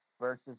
versus